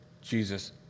Jesus